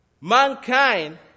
Mankind